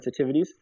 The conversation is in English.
sensitivities